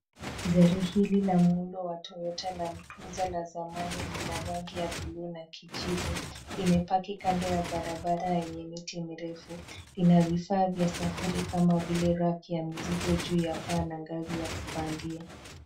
Gari hili la muundo wa Toyota Landcruiser la zamani lina rangi ya buluu na kijivu. Limepaki kando ya barabara yenye miti mirefu. Ina vifaa vya safiri kama vile raki ya mizigo juu ya paa na ngazi ya kupandia.